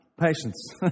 Patience